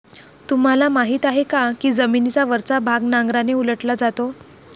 तुम्हाला माहीत आहे का की जमिनीचा वरचा भाग नांगराने उलटला जातो?